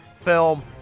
film